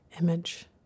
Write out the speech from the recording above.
image